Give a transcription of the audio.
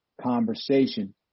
conversation